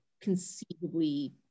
conceivably